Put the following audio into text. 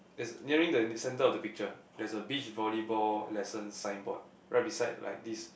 there's a nearing the the centre of the picture there's a beach volleyball lesson signboard right beside like this